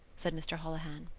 said mr. holohan.